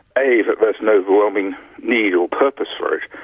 a. that there's an overwhelming need or purpose for it,